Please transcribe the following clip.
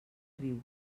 riu